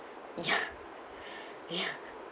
ya ya